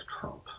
Trump